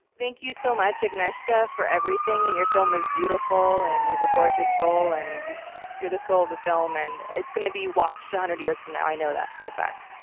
thank you so much, agnieszka, for everything. and your film is beautiful and you have a gorgeous soul and you're the soul of the film. and it's going to be watched one hundred years from now. i know that for a fact.